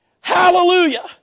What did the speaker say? Hallelujah